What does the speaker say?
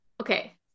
Okay